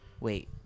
Wait